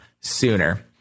sooner